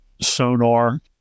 sonar